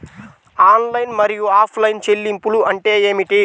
Online మరియు offline చెల్లింపులు అంటే ఏమిటి?